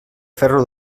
ferro